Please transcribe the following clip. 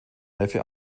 neffe